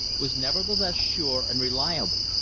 was nevertheless sure and reliable.